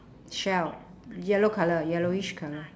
shell yellow colour yellowish colour